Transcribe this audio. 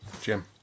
Jim